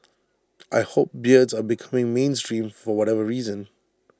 I hope beards are becoming mainstream for whatever reason